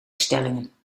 stellingen